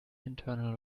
internal